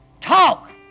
Talk